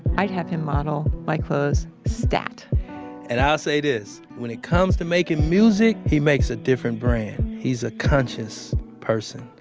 i'd have him model my clothes. stat and i'll say this, when it comes to making music, he makes a different brand. he's a conscious person,